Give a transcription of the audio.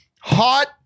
hot